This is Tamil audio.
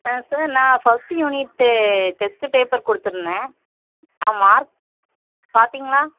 ஆ சார் நான் ஃபஸ்டு யூனிட்டு டெஸ்ட்டு பேப்பர் கொடுத்துருந்தேன் அவன் மார்க் பார்த்தீங்களா